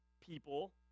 people